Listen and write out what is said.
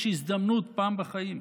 יש הזדמנות פעם בחיים.